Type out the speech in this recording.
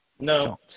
No